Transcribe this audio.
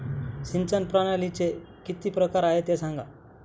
सिंचन प्रणालीचे किती प्रकार आहे ते सांगा